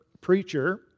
preacher